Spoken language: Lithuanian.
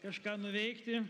kažką nuveikti